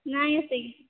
ନାଇଁ ସେତିକି